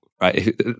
right